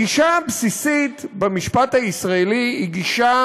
הגישה הבסיסית במשפט הישראלי היא גישה